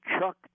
Chuck